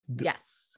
Yes